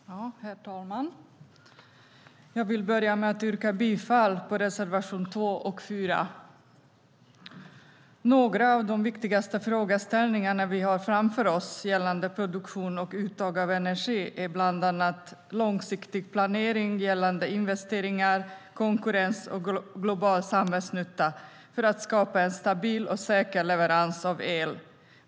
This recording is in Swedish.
Herr talman! Jag vill börja med att yrka bifall till reservationerna 2 och 4. Några av de viktigaste frågorna vi har framför oss gällande produktion och uttag av energi är bland annat långsiktig planering gällande investeringar, konkurrens och global samhällsnytta för att skapa en stabil och säker leverans av el.